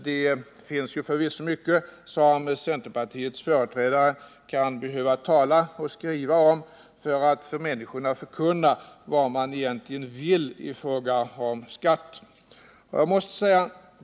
Det finns förvisso mycket som centerpartiets företrädare kan behöva tala om och skriva om för att för människorna förkunna vad man egentligen vill i fråga om skatter.